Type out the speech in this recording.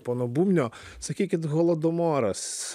pono bubnio sakykit holodumoras